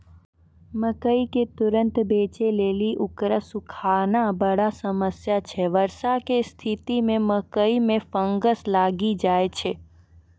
मकई के तुरन्त बेचे लेली उकरा सुखाना बड़ा समस्या छैय वर्षा के स्तिथि मे मकई मे फंगस लागि जाय छैय?